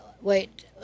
wait